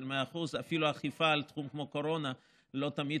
100%. אפילו אכיפה על תחום כמו קורונה לא תמיד,